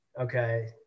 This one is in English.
Okay